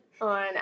on